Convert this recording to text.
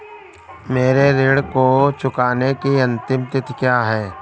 मेरे ऋण को चुकाने की अंतिम तिथि क्या है?